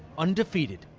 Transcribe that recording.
undefeated.